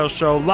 show